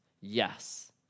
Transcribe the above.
Yes